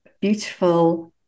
beautiful